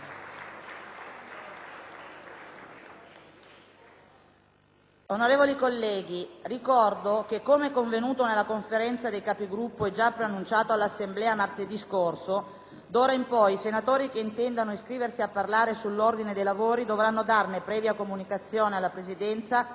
Onorevoli colleghi, ricordo che, come convenuto nella Conferenza dei Capigruppo e già preannunciato all'Assemblea martedì scorso, d'ora in poi i senatori che intendano iscriversi a parlare sull'ordine dei lavori dovranno darne previa comunicazione alla Presidenza